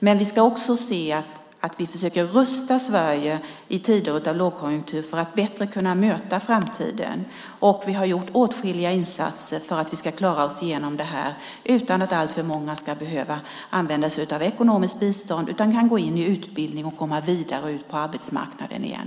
Men man ska också se att vi försöker rusta Sverige i tider av lågkonjunktur för att bättre kunna möta framtiden. Vi har gjort åtskilliga insatser för att vi ska klara oss igenom det här utan att alltför många ska behöva använda sig av ekonomiskt bistånd, så att de i stället kan gå in i utbildning och komma vidare ut på arbetsmarknaden igen.